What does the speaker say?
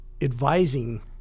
advising